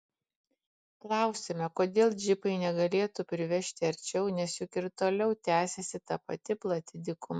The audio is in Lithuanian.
klausiame kodėl džipai negalėtų privežti arčiau nes juk ir toliau tęsiasi ta pati plati dykuma